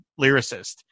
lyricist